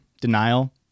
denial